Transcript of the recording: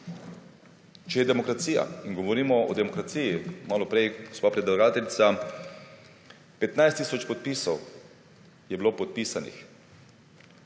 če je demokracija – in govorimo o demokraciji, maloprej gospa predlagateljica, 15 tisoč podpisov je bilo podpisanih